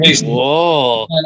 Whoa